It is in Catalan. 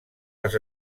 les